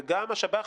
וגם השב"חים,